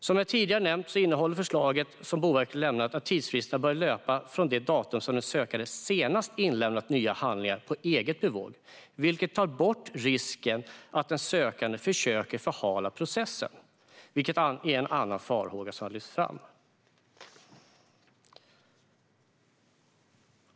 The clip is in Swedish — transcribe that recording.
Som jag tidigare nämnt innehåller det förslag som Boverket har lämnat att tidsfristerna börjar löpa från det datum som sökande senast inlämnat nya handlingar på eget bevåg, vilket tar bort risken att den sökande försöker förhala processen, vilket är en annan farhåga som lyfts fram.